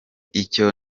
icyo